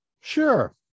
Sure